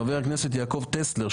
חבר הכנסת יעקב טסלר,